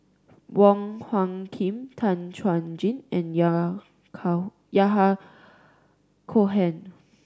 Wong Hung Khim Tan Chuan Jin and Yahya Cohen